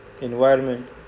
environment